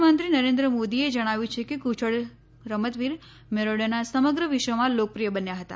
પ્રધાનમંત્રી નરેન્દ્ર મોદીએ જણાવ્યું છે કે કુશળ રમતવીર મેરાડોના સમગ્ર વિશ્વમાં લોકપ્રિય બન્યા હતા